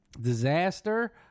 disaster